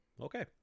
Okay